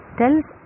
tells